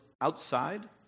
outside